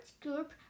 group